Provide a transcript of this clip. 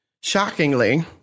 shockingly